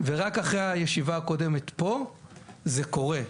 ורק אחרי הישיבה הקודמת פה זה קורה,